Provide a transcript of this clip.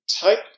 type